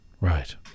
Right